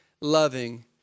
loving